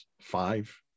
five